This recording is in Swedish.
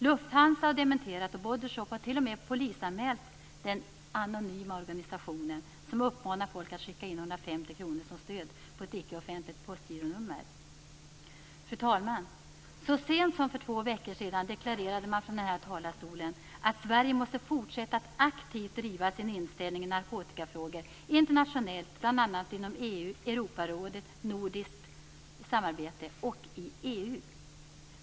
Lufthansa har dementerat, och Body Shop har t.o.m. polisanmält den anonyma organisationen, som uppmanar folk att skicka in 150 kr som stöd på ett icke offentligt postgironummer. Fru talman! Så sent som för två veckor sedan deklarerade man från den här talarstolen att Sverige måste fortsätta att aktivt driva sin inställning i narkotikafrågor internationellt, bl.a. inom FN, Europarådet, nordiskt samarbete och i EU.